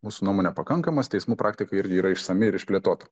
mūsų nuomone pakankamas teismų praktika irgi yra išsami ir išplėtota